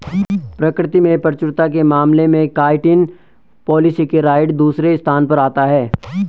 प्रकृति में प्रचुरता के मामले में काइटिन पॉलीसेकेराइड दूसरे स्थान पर आता है